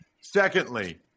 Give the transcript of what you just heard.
Secondly